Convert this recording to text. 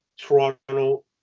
Toronto